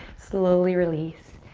slowly release.